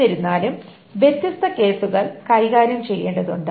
എന്നിരുന്നാലും വ്യത്യസ്ത കേസുകൾ കൈകാര്യം ചെയ്യേണ്ടതുണ്ട്